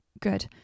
Good